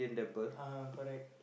ah correct